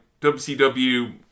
WCW